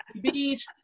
beach